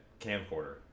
camcorder